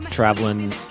Traveling